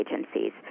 agencies